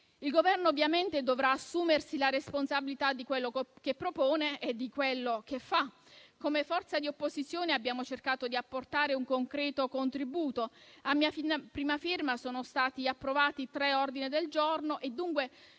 Il Governo, ovviamente, dovrà assumersi la responsabilità di quello che propone e di quello che fa. Come forza di opposizione abbiamo cercato di apportare un concreto contributo: a mia prima firma sono stati approvati tre ordini del giorno e, dunque